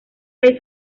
rey